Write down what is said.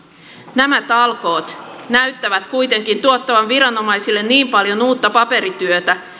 nämä talkoot näyttävät kuitenkin tuottavan viranomaisille niin paljon uutta paperityötä